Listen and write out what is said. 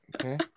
okay